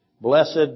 blessed